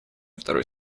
второй